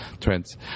trends